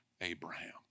Abraham